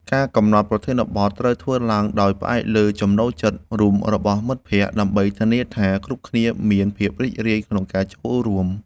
ការកំណត់ប្រធានបទត្រូវធ្វើឡើងដោយផ្អែកលើចំណូលចិត្តរួមរបស់មិត្តភក្តិ ដើម្បីធានាថាគ្រប់គ្នាមានភាពរីករាយក្នុងការចូលរួម។